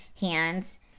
hands